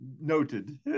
noted